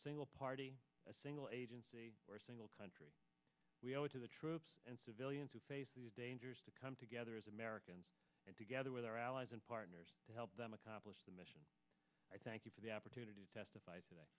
single party a single agency or a single country we owe it to the troops and civilians who face these dangers to come together as americans and together with our allies and partners to help them accomplish the mission i thank you for the opportunity to testify today